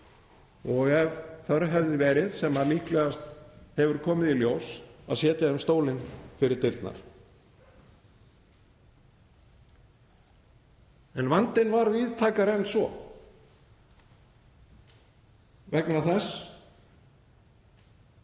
og ef þörf hefði verið, sem líklegast hefur komið í ljós, að setja þeim stólinn fyrir dyrnar. En vandinn var víðtækari en svo vegna þess